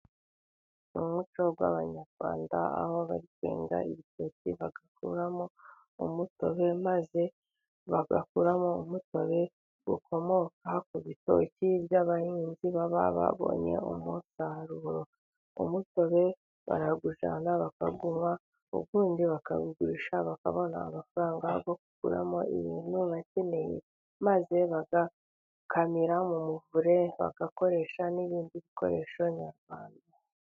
Umuco w'abanyarwanda aho benga ibitoki bagakuramo umutobe, maze bagakuramo umutobe ukomoka ku bitoki by'abahinzi, baba babonye umusaruro wa mutobe barawujyana bakawuha ubundi bakabigurisha bakabona amafaranga yo gukuramo ibintu bakeneye, maze bagakamira mu muvure, bagakoresha n'ibindi bikoresho nyarwanda.